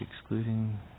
Excluding